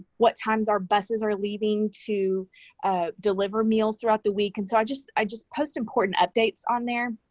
what times our buses are leaving to deliver meals throughout the week. and so, i just i just post important updates on there.